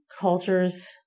cultures